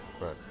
Right